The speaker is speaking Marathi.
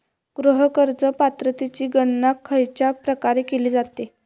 गृह कर्ज पात्रतेची गणना खयच्या प्रकारे केली जाते?